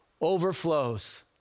overflows